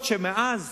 אף-על-פי שמאז